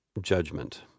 judgment